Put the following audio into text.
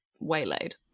waylaid